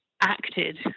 acted